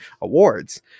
awards